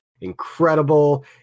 incredible